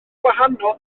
gwahanol